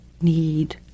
need